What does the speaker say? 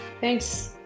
Thanks